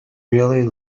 really